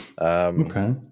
okay